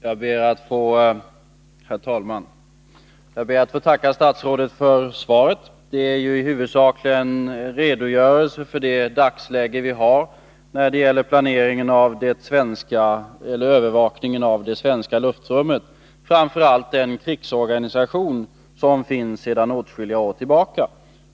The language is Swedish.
Herr talman! Jag ber att få tacka statsrådet för svaret. Det är i huvudsak en redogörelse för dagsläget när det gäller övervakningen av det svenska luftrummet, framför allt den krigsorganisation som finns sedan åtskilliga år tillbaka.